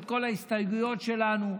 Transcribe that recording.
את כל ההסתייגויות שלנו,